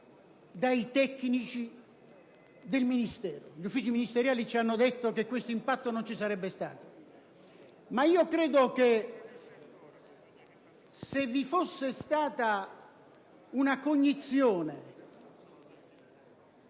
dai tecnici del Ministero: gli uffici ministeriali hanno assicurato che questo impatto non vi sarebbe stato. Ma io credo che, se vi fosse stata una cognizione